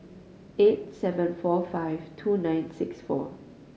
eight seven four five two nine six four